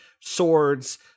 swords